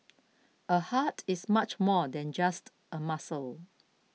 a heart is much more than just a muscle